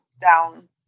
down